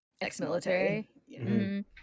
ex-military